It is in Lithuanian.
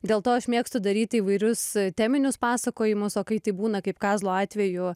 dėl to aš mėgstu daryti įvairius teminius pasakojimus o kai tai būna kaip kazlo atveju